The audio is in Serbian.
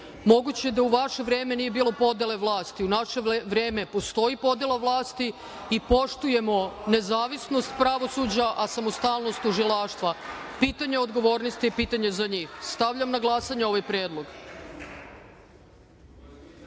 Moguće da u vaše vreme nije bilo podele vlasti. U naše vreme postoji podela vlasti i poštujemo nezavisnost pravosuđa, a samostalnost tužilaštva. Pitanje odgovornosti je pitanje za njih. Stavljam na glasanje ovaj